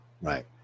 Right